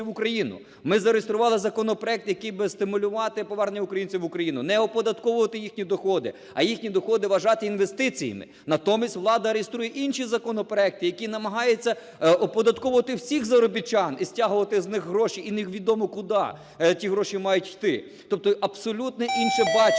в Україну, ми зареєстрували законопроект, який буде стимулювати повернення українців в Україну, не оподатковувати їхні доходи, а їхні доходи вважати інвестиціями. Натомість влада реєструє інші законопроекти, якими намагається оподатковувати всіх заробітчан і стягувати з них гроші, і невідому куди ті гроші мають іти, тобто абсолютно інше бачення.